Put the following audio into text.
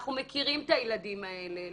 ואנחנו מכירים את הילדים האלה.